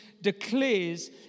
declares